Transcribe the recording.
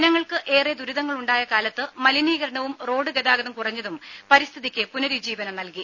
ജനങ്ങൾക്ക് ഏറെ ദുരിതങ്ങളുണ്ടായ കാലത്ത് മലിനീകരണവും റോഡ് ഗതാഗതം കുറഞ്ഞതും പരിസ്ഥിതിക്ക് പുനരുജ്ജീവനം നൽകി